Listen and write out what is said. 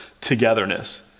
togetherness